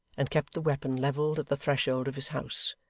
and kept the weapon levelled at the threshold of his house.